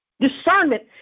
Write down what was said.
Discernment